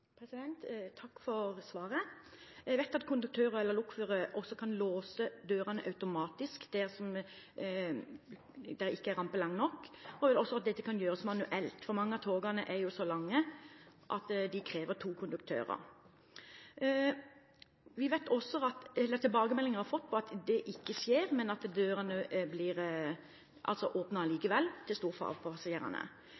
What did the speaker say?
Takk for svaret. Jeg vet at konduktør eller lokfører kan låse dørene automatisk dersom plattformen ikke er lang nok. Dette kan også gjøre manuelt – mange av togene er jo så lange at det kreves to konduktører. Tilbakemeldinger vi har fått, viser at det ikke skjer, og at dørene likevel blir